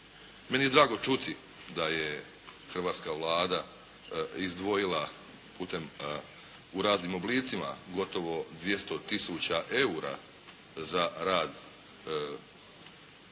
Meni je drago čuti da je hrvatska Vlada izdvojila u raznim oblicima gotovo 200 tisuća eura za rad makedonske